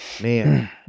man